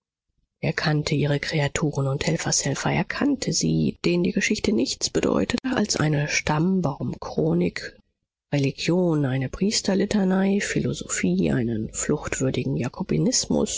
er kannte ihre kreaturen und helfershelfer er kannte sie denen die geschichte nichts bedeutet als eine stammbaumchronik religion eine priesterlitanei philosophie einen fluchwürdigen